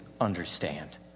understand